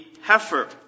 heifer